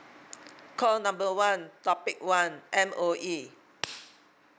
call number one topic one M_O_E